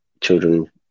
children